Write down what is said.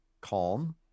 calm